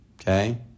Okay